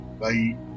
bye